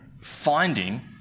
finding